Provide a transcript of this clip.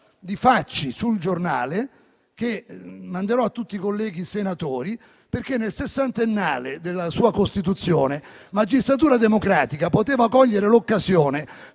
di Facci su «Il Giornale», che manderò a tutti i colleghi senatori. Nel sessantennale della sua costituzione, Magistratura democratica poteva cogliere l'occasione